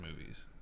movies